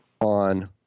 on